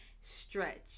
stretch